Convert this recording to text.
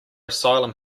asylum